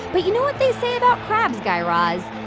but you know what they say about crabs, guy raz.